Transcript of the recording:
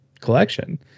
collection